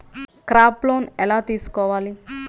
Crop loan ఎలా తీసుకోవాలి?